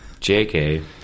JK